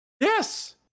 Yes